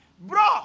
bro